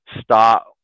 Start